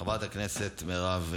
חבר הכנסת אחמד טיבי,